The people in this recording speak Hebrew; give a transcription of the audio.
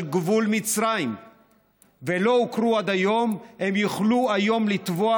גבול מצרים ולא הוכרו עד היום יוכלו היום לתבוע,